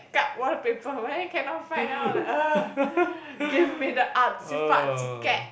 cat wallpaper but then cannot find then I was like !ugh! give me the artsy fartsy cat